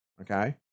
okay